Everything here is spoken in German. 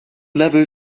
level